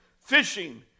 fishing